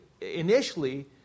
initially